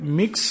mix